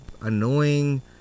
annoying